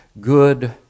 good